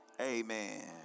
amen